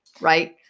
right